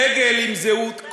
דגל עם זהות,